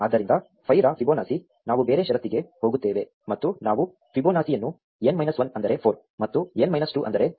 ಆದ್ದರಿಂದ 5 ರ ಫೈಬೊನಾಚಿ ನಾವು ಬೇರೆ ಷರತ್ತಿಗೆ ಹೋಗುತ್ತೇವೆ ಮತ್ತು ನಾವು ಫಿಬೊನಾಕಿಯನ್ನು n ಮೈನಸ್ 1 ಅಂದರೆ 4 ಮತ್ತು n ಮೈನಸ್ 2 ಅಂದರೆ 3